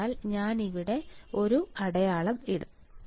അതിനാൽ ഞാൻ ഇവിടെ ഒരു അടയാളം ഇടും